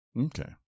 Okay